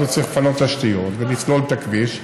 אז הוא צריך לפנות תשתיות ולסלול את הכביש,